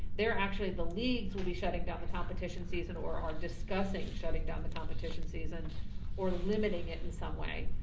they're actually the leagues who will be shutting down the competition season or are discussing shutting down the competition season or limiting it in some way.